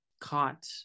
caught